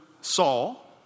Saul